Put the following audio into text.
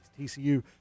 TCU